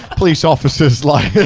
police officer's like,